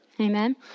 Amen